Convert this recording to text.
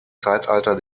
zeitalter